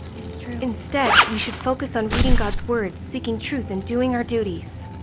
it's true. instead, we should focus on reading god's words, seeking truth and doing our duties.